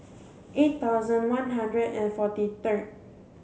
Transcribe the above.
eight thousand one hundred and forty third